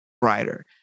brighter